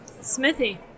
smithy